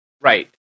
right